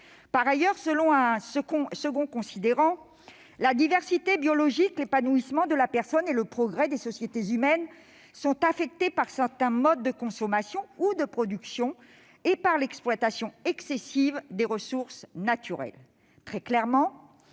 Par ailleurs, selon un deuxième considérant de la Charte, la « diversité biologique, l'épanouissement de la personne et le progrès des sociétés humaines sont affectés par certains modes de consommation ou de production et par l'exploitation excessive des ressources naturelles